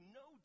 no